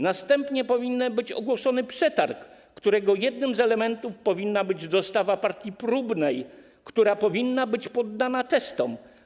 Następnie powinien być ogłoszony przetarg, którego jednym z elementów powinna być dostawa partii próbnej, która powinna być poddana testom.